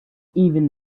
even